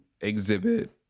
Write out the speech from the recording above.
exhibit